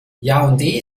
yaoundé